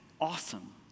awesome